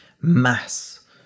mass